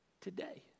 today